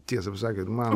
tiesą pasakėt man